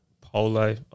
Polo